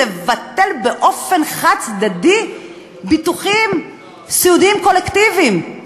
לבטל באופן חד-צדדי ביטוחים סיעודיים קולקטיביים.